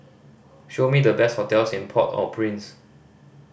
show me the best hotels in Port Au Prince